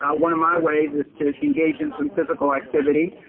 ah one of my ways is to engage in so and physical activity,